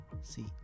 see